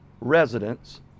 residents